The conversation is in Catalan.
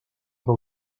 del